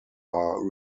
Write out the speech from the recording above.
are